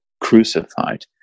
crucified